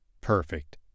Perfect